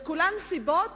וכולן סיבות